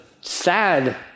sad